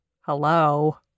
Hello